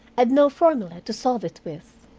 and no formula to solve it with.